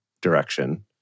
direction